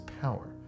power